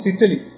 Italy